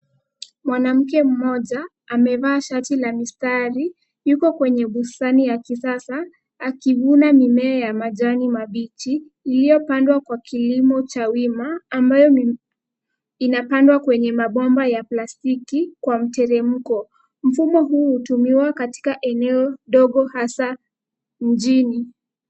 Mwanamke mmoja amevaa shati la mistari, yuko kwenye bustani ya kisasa akivuna mimea ya majani mabichi iliyopandwa kwa kilimo cha wima ambayo inapandwa kwenye mabomba ya plastiki kwa mteremko. Mfumo huu hutumiwa katika eneo dogo hasa mjini.